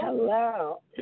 Hello